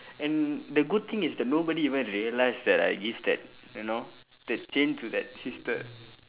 and the good thing is that nobody even realised that I give that you know that chain to that sister